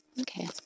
Okay